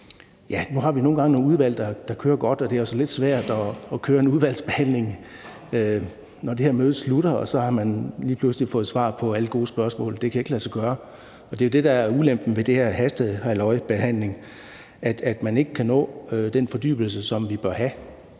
ja, nu har vi nogle gange nogle udvalg, der kører godt, men det er altså lidt svært at køre en udvalgsbehandling, når det her møde slutter, og så skal man lige pludselig have fået svar på alle gode spørgsmål; det kan ikke lade sig gøre, og det er jo det, der er ulempen ved det her hastehalløjsbehandling: at man ikke kan nå den fordybelse, som man bør have.